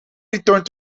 returned